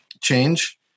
change